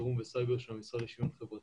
חירום וסייבר של המשרד לשוויון חברתי.